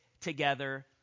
together